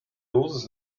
dosis